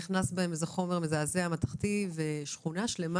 הוכנס בהם איזה חומר מתכתי מזעזע ושכונה שלמה